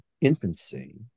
infancy